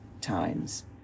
times